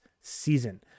season